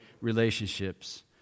relationships